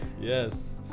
yes